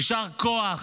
יישר כוח